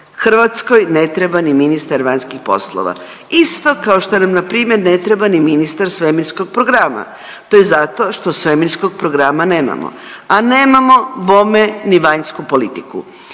Hrvatskoj ne treba ni ministar vanjskih poslova, isto kao što nam npr. ne treba ni ministar svemirskog programa, to je zato što svemirskog programa nemamo. A nemamo bome ni vanjsku politiku.